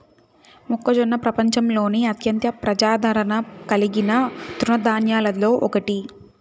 మొక్కజొన్న ప్రపంచంలోనే అత్యంత ప్రజాదారణ కలిగిన తృణ ధాన్యాలలో ఒకటి